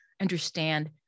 understand